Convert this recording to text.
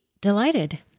delighted